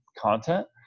content